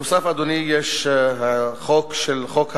נוסף על כך, אדוני, יש חוק שהוא חוק הנאמנות,